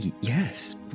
yes